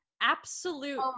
absolute